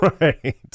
Right